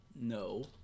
No